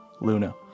Luna